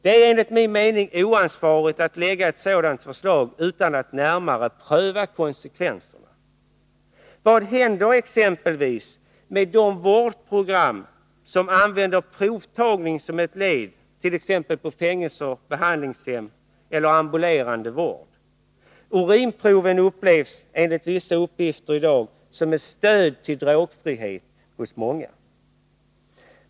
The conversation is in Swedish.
Det är enligt min mening oansvarigt att lägga ett sådant förslag utan att närmare pröva konsekvenserna. Vad händer exempelvis med de vårdprogram som använder provtagning som ett led, t.ex. på fängelser och behandlingshem eller vid ambulerande vård? Enligt vissa uppgifter upplevs urinproven i dag av många som ett stöd till drogfrihet.